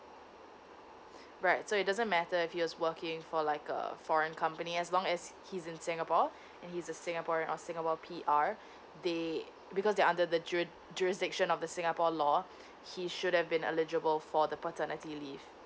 right so it doesn't matter if he's working for like uh foreign company as long as he is in singapore and he's a singaporean or singapore P_R they because they under the ju~ jurisdiction of the singapore law he should have been eligible for the paternity leave